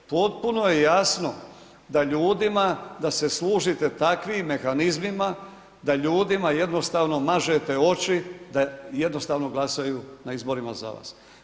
Potpuno je jasno da ljudima, da se služite takvim mehanizmima, da ljudima jednostavno mažete oči, da jednostavno glasaju na izborima za vas.